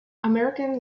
american